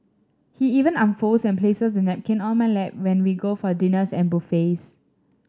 he even unfolds and places the napkin on my lap when we go for dinners and buffets